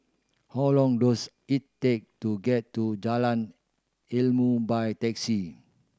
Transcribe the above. how long does it take to get to Jalan Ilmu by taxi